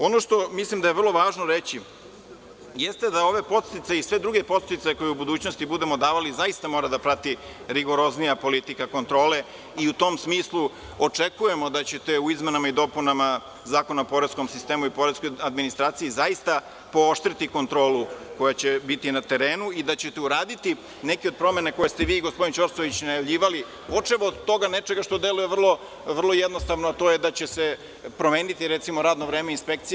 Ono što mislim da je vrlo važno reći jeste da ove podsticaje i sve druge podsticaje koje u budućnosti budemo davali zaista mora da prati rigoroznija politika kontrole i u tom smislu očekujemo da ćete u izmenama i dopunama Zakona o poreskom sistemu i poreskoj administraciji zaista pooštriti kontrolu koja će biti na terenu i da ćete uraditi neke od promena koje ste vi i gospodin Ćosović najavljivali, počev od toga nečega što deluje vrlo jednostavno, a to je da će se promeniti, recimo, radno vreme inspekcije.